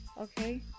Okay